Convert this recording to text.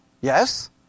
yes